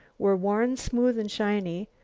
were worn smooth and shiny,